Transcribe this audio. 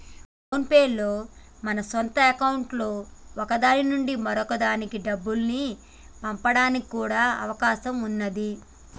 phone pay లో మన సొంత అకౌంట్లలో ఒక దాని నుంచి మరొక దానికి డబ్బుల్ని పంపడానికి కూడా అవకాశం ఉన్నాది